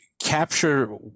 capture